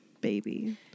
baby